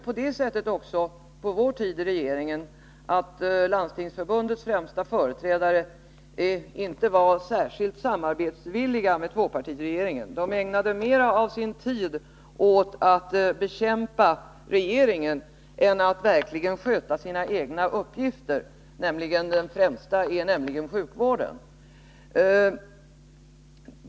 På vår tid i regeringen var Landstingsförbundets främsta företrädare inte särskilt samarbetsvilliga med tvåpartiregeringen. De ägnade mera av sin tid åt att bekämpa regeringen än att verkligen sköta sin främsta uppgift, sjukvården.